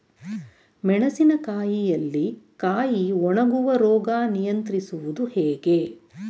ಮೆಣಸಿನ ಕಾಯಿಯಲ್ಲಿ ಕಾಯಿ ಒಣಗುವ ರೋಗ ನಿಯಂತ್ರಿಸುವುದು ಹೇಗೆ?